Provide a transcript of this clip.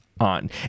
on